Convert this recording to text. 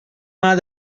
mar